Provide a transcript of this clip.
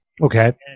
Okay